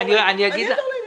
אני אעזור לעניין.